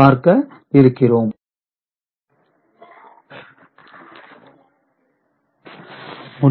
பார்க்க இருக்கிறோம்